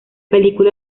película